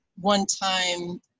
one-time